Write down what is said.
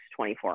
24